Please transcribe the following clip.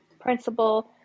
principal